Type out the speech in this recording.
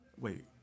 Wait